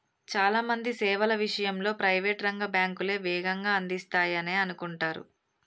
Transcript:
చాలా మంది సేవల విషయంలో ప్రైవేట్ రంగ బ్యాంకులే వేగంగా అందిస్తాయనే అనుకుంటరు